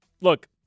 look